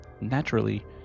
Naturally